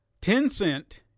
Tencent